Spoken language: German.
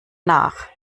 nach